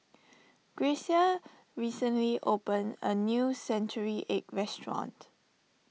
Grecia recently opened a new Century Egg restaurant